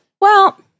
Well-